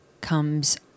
comes